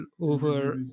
over